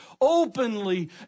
openly